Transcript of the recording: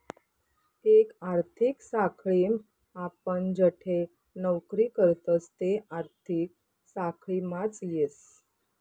एक आर्थिक साखळीम आपण जठे नौकरी करतस ते आर्थिक साखळीमाच येस